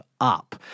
up